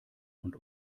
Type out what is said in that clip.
und